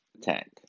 tank